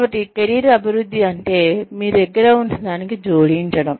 కాబట్టి కెరీర్ అభివృద్ధి అంటే మీ దగ్గర ఉన్నదానికి జోడించడం